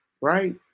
right